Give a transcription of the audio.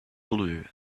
blue